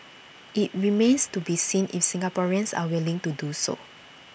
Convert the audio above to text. IT remains to be seen if Singaporeans are willing to do so